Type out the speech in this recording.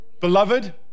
Beloved